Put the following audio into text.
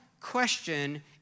question